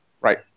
Right